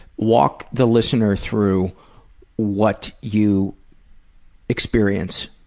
walk the listener through what you experience.